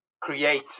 create